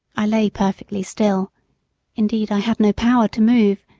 i lay perfectly still indeed, i had no power to move,